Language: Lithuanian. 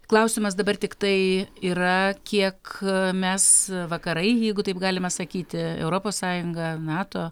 klausimas dabar tiktai yra kiek mes vakarai jeigu taip galima sakyti europos sąjunga nato